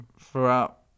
throughout